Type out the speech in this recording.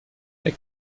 weg